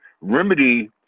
remedy